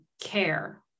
care